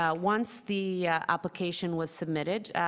ah once the application was submitted,